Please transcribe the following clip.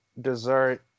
dessert